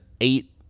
eight